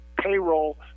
payroll